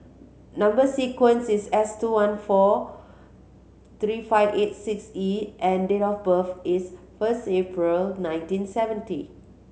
number sequence is S two one four three five eight six E and date of birth is first April nineteen seventy